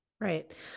Right